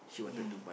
ya